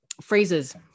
phrases